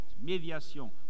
médiation